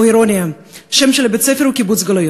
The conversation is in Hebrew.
באופן אירוני השם של בית-הספר הוא "קיבוץ גלויות".